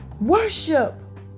Worship